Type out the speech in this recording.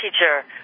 teacher